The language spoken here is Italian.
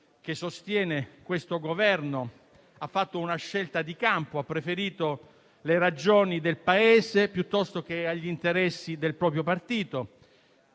che sostiene questo Governo ha fatto una scelta di campo: ha preferito le ragioni del Paese piuttosto che gli interessi del proprio partito,